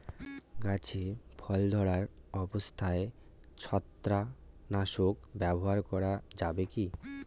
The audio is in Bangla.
গাছে ফল ধরা অবস্থায় ছত্রাকনাশক ব্যবহার করা যাবে কী?